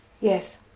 yes